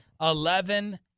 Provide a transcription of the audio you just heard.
Eleven